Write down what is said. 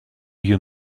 you